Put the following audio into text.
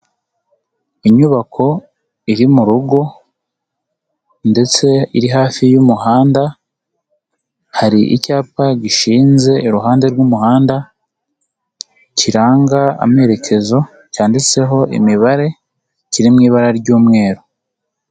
Inyubako iri mu rugo ndetse iri hafi y'umuhanda, hari icyapa gishinze iruhande rw'umuhanda, kiranga amerekezo, cyanditseho imibare kiri mu ibara ry'umweru.